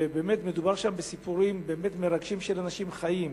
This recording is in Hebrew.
ובאמת מדובר שם בסיפורים מרגשים של אנשים חיים.